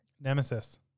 Nemesis